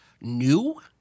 new